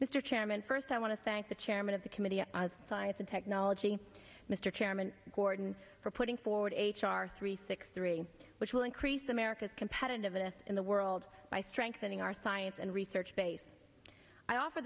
chairman first i want to thank the chairman of the committee of science and technology mr chairman gordon for putting forward h r three six three which will increase america's competitiveness in the world by strengthening our science and research base i offer